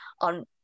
on